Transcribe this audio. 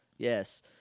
Yes